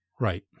Right